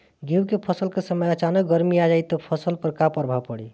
गेहुँ के फसल के समय अचानक गर्मी आ जाई त फसल पर का प्रभाव पड़ी?